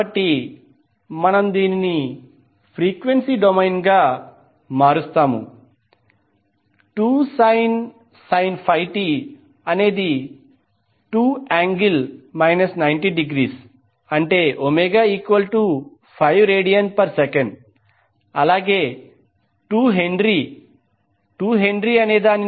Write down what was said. కాబట్టి మనము దీనిని ఫ్రీక్వెన్సీ డొమైన్గా మారుస్తాము 2sin 5t ⇒2∠ 90°ω5rads 2HjωLj10 0